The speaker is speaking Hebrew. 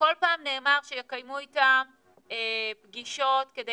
וכל פעם נאמר שיקיימו איתם פגישות כדי